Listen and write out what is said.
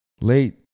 late